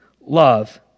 love